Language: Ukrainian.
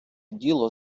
діло